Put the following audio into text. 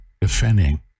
defending